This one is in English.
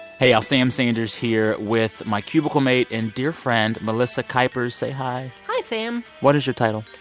hey, y'all. sam sanders here with my cubicle mate and dear friend melissa kuypers. say hi hi, sam what is your title?